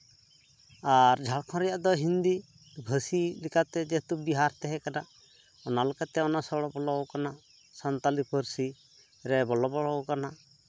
ᱟᱨ ᱡᱷᱟᱲᱠᱷᱚᱸᱰ ᱨᱮᱭᱟᱜ ᱫᱚ ᱦᱤᱱᱫᱤ ᱵᱷᱟᱹᱥᱤ ᱞᱮᱠᱟᱛᱮ ᱡᱮᱦᱮᱛᱩ ᱵᱤᱦᱟᱨ ᱛᱟᱦᱮᱠᱟᱱᱟ ᱚᱱᱟᱞᱮᱠᱟᱛᱮ ᱚᱱᱟ ᱥᱚᱲᱚ ᱵᱚᱞᱚᱣᱟᱠᱟᱱᱟ ᱥᱟᱱᱛᱟᱞᱤ ᱯᱟᱹᱨᱥᱤ ᱨᱮ ᱵᱚᱞᱚ ᱵᱚᱞᱚᱣᱟᱠᱟᱱᱟ